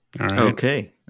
Okay